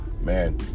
man